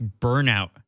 burnout